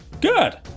Good